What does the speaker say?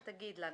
אתה תגיד לה.